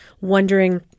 wondering